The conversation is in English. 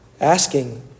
asking